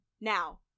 now